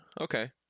okay